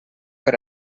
per